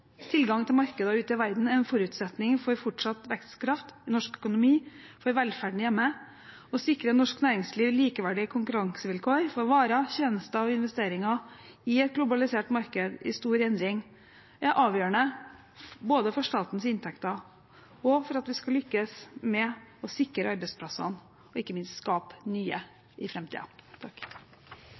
til markeder ute i verden er en forutsetning for fortsatt vekstkraft i norsk økonomi og for velferden hjemme. Å sikre norsk næringsliv likeverdige konkurransevilkår for varer, tjenester og investeringer i et globalisert marked i stor endring er avgjørende, både for statens inntekter og for at vi skal lykkes med å sikre arbeidsplassene og ikke minst skape nye i